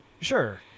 sure